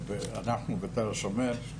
אנחנו בשתי היחידות בתל השומר שהן